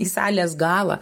į salės galą